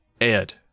Ed